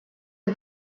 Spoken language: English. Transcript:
had